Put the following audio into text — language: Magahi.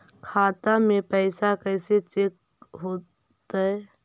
खाता में पैसा कैसे चेक हो तै?